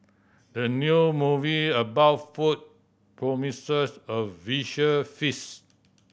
the new movie about food promises a visual feast